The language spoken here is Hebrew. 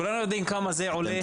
כולנו יודעים כמה זה עולה.